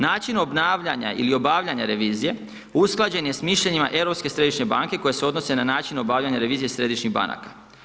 Način obnavljanja ili obavljanja revizije, usklađen je s mišljenjem Europske središnje banke, koji se odnosi na način obavljanje revizije središnjih banaka.